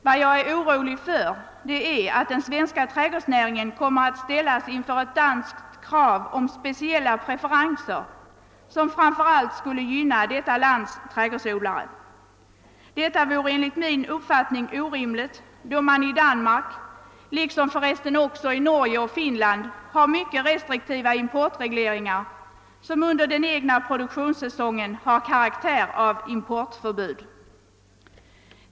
Vad jag är orolig för är att den svenska trädgårdsnäringen skall ställas inför ett danskt krav om speciella preferenser, som framför allt skulle gynna detta lands trädgårdsodlare. Detta vore enligt min uppfattning orimligt, då man i Danmark — liksom för resten också i Norge och Finland — har mycket restriktiva importregleringar, som under den egna produktionssäsongen har karaktär av importförbud.